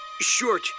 short